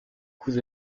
coûts